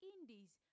Indies